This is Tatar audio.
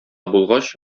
булгач